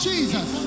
Jesus